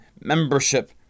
membership